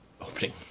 opening